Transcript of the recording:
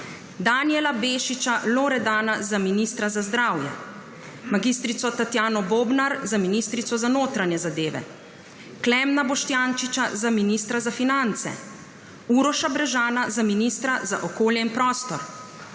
Danijela Bešiča Loredana za ministra za zdravje, mag. Tatjano Bobnar za ministrico za notranje zadeve, Klemna Boštjančiča za ministra za finance, Uroša Brežana za ministra za okolje in prostor,